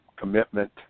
commitment